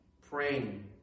praying